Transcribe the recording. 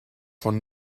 von